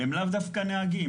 והם לאו דווקא נהגים.